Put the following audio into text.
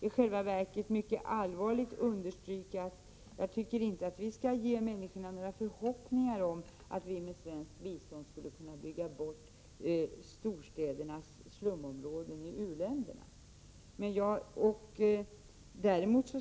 I själva verket vill jag mycket allvarligt understryka att jag inte tycker att vi skall inge människorna några förhoppningar om att vi med svenskt bistånd skulle kunna bygga bort slumområden i storstäder i u-länderna.